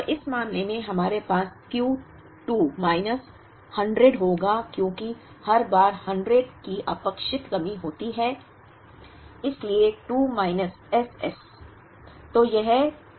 तो इस मामले में हमारे पास Q 2 माइनस 100 होगा क्योंकि हर बार 100 की अपेक्षित कमी होती है इसलिए 2 माइनस S S